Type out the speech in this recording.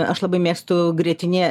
aš labai mėgstu grietinė